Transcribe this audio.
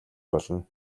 болно